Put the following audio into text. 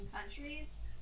countries